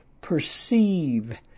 perceive